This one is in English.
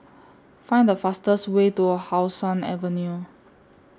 Find The fastest Way to How Sun Avenue